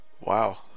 Wow